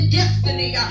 destiny